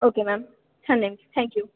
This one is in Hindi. ओके मैम धन्य थैंक यू